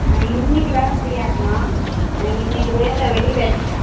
ஆ இன்னைக்கு வர முடியாதும்மா இன்னைக்கு வேலை வெளியில் இருக்கேன்